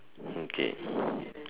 okay